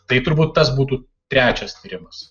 tai turbūt tas būtų trečias tyrimas